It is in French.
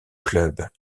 club